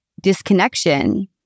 disconnection